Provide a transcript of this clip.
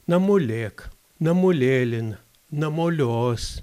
namulėk namulėlin namolios